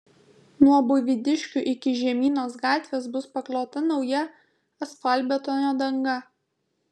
nuo buivydiškių iki žemynos gatvės bus paklota nauja asfaltbetonio danga